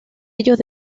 ellos